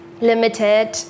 limited